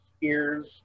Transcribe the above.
ears